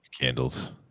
Candles